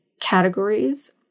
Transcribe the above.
categories